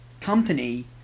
company